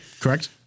Correct